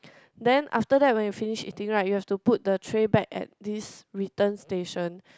then after that when you finish eating right you have to put the tray back at this return station